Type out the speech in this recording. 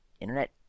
Internet